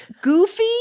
goofy